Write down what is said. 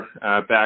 back